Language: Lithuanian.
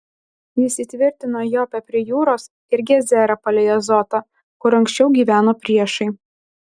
jis įtvirtino jopę prie jūros ir gezerą palei azotą kur anksčiau gyveno priešai